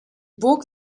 burg